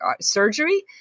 surgery